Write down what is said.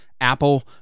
Apple